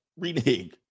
Reneg